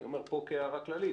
אני אומר פה כהערה כללית,